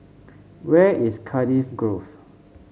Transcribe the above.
where is Cardiff Grove